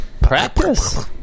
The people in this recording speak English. Practice